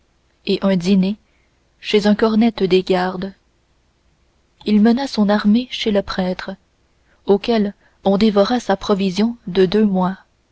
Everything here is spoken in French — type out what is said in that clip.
et un dîner chez un cornette des gardes il mena son armée chez le prêtre auquel on dévora sa provision de deux mois